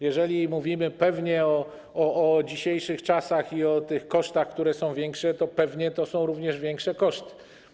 Jeżeli mówimy o dzisiejszych czasach i o tych kosztach, które są większe, to pewnie to są również większe koszty.